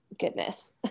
goodness